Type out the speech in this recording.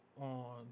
on